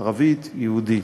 ערבית, יהודית.